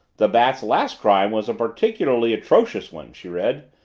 the bat's last crime was a particularly atrocious one she read.